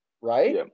right